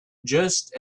just